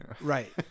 Right